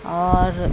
आओर